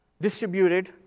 distributed